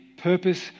purpose